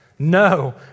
No